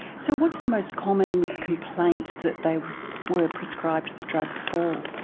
so what's the most common complaint that they were prescribed the drugs for?